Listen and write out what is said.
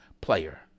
player